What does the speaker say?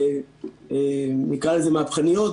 נקרא לזה, מהפכניות.